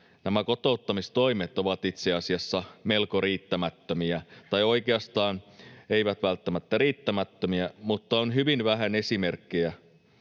nämä kotouttamistoimet ovat itse asiassa melko riittämättömiä, tai oikeastaan eivät välttämättä riittämättömiä, mutta on hyvin vähän esimerkkejä